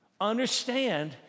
understand